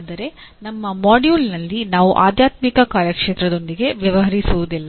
ಆದರೆ ನಮ್ಮ ಮಾಡ್ಯೂಲ್ನಲ್ಲಿ ನಾವು ಆಧ್ಯಾತ್ಮಿಕ ಕಾರ್ಯಕ್ಷೇತ್ರದೊಂದಿಗೆ ವ್ಯವಹರಿಸುವುದಿಲ್ಲ